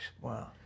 Wow